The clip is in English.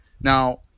Now